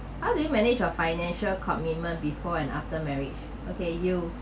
how do you manage your financial commitment before and after marriage okay you